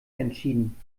entschieden